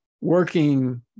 working